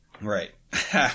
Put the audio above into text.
Right